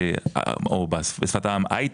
או בשפת העם הייטק,